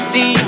See